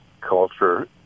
culture